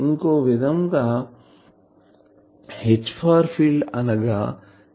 ఇంకో విధంగా H far field అనగా ar cross E far field